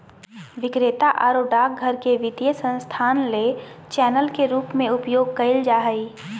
विक्रेता आरो डाकघर के वित्तीय संस्थान ले चैनल के रूप में उपयोग कइल जा हइ